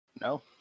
No